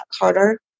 harder